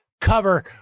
Cover